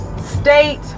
state